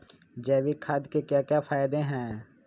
जैविक खाद के क्या क्या फायदे हैं?